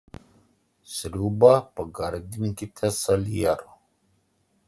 sriubą pagardinkite salieru